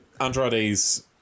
andrade's